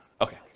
Okay